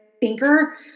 thinker